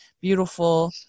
beautiful